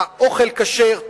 האוכל כשר,